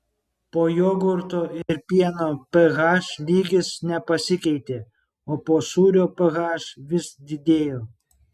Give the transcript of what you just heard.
po jogurto ir pieno ph lygis nepasikeitė o po sūrio ph vis didėjo